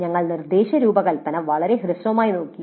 ഞങ്ങൾ നിർദ്ദേശ രൂപകൽപ്പന വളരെ ഹ്രസ്വമായി നോക്കി